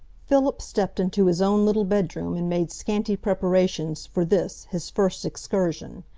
philip stepped into his own little bedroom and made scanty preparations for this, his first excursion.